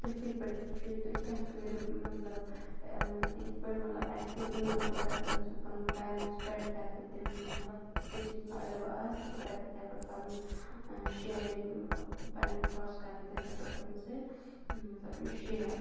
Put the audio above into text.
تُہۍ کِتھ پٲٹھۍ ہیٚچھِو تُہۍ کیٛاہ کٔرِو مطلب یِتھ پٲٹھۍ مطلب اَسہِ تہِ مطلب بہٕ کَرٕ تِمَن سۭتۍ پَنُن ٹایم سُپٮ۪نٛڈ کَرٕ بہٕ تِمَن مطلب کیٛاہ چھِ اَتھ وَنان اگر بہٕ آسہٕ تہٕ بہٕ کَرٕ تِتھَے پٲٹھۍ پَنُن شِیَرِنٛگ مطلب پَنٕنۍ تھاٹٕس کَرٕ بہٕ تِتھَے پٲٹھۍ تِمَن سۭتۍ مطلب شِیَر